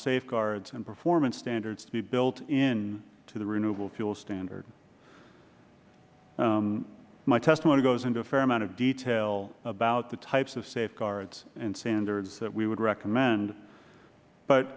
safeguards and performance standards to be built into the renewable fuels standard my testimony goes into a fair amount of detail about the types of safeguards and standards that we would recommend but